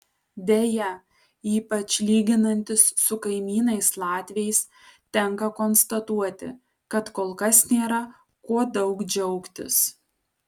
deja ypač lyginantis su kaimynais latviais tenka konstatuoti kad kol kas nėra kuo daug džiaugtis